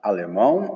Alemão